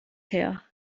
her